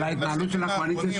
אנחנו נעבור לשלושה האחרונים.